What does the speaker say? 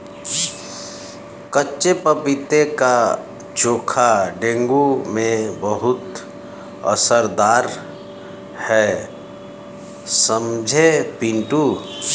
कच्चे पपीते का चोखा डेंगू में बहुत असरदार है समझे पिंटू